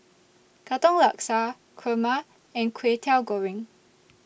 Katong Laksa Kurma and Kway Teow Goreng